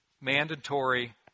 mandatory